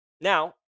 now